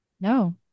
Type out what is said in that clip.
No